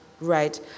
right